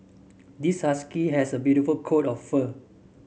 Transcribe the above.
this husky has a beautiful coat of fur